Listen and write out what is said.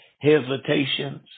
hesitations